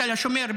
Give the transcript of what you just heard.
בתל השומר,